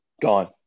Gone